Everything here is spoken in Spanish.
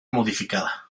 modificada